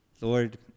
Lord